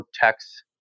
text